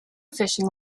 fishing